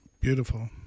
Beautiful